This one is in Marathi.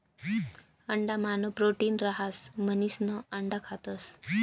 अंडा मान प्रोटीन रहास म्हणिसन अंडा खातस